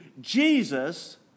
Jesus